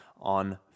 on